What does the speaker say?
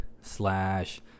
slash